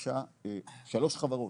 בשלוש חברות,